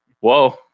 Whoa